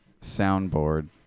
soundboard